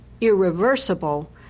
irreversible